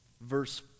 verse